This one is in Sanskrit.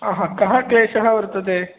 कः क्लेशः वर्तते